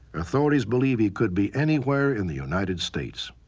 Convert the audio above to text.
authorities believe he could be anywhere in the united states.